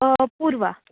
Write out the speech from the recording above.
Purva